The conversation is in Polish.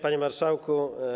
Panie Marszałku!